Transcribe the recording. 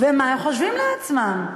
מה הם חושבים לעצמם?